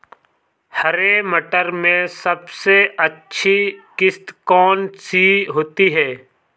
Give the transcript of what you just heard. हरे मटर में सबसे अच्छी किश्त कौन सी होती है?